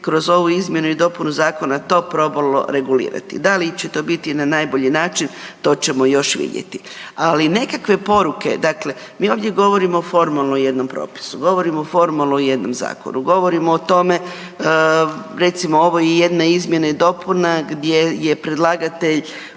kroz ovu Izmjenu i dopunu zakona to probalo regulirati. Da li će to biti na najbolji način, to ćemo još vidjeti. Ali, nekakve poruke, dakle mi ovdje govorimo formalno o jednom propisu, govorimo formalno o jednom zakonu, govorimo o tome, recimo ovo je jedna izmjena i dopuna gdje je predlagatelj